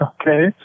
okay